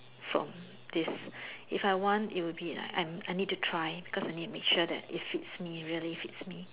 from this if I want it will be like I need to try cause I need to make sure that it fits me really fits me